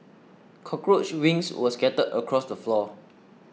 cockroach wings were scattered across the floor